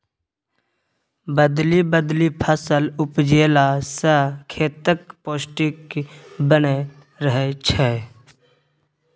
बदलि बदलि फसल उपजेला सँ खेतक पौष्टिक बनल रहय छै